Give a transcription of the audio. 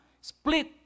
split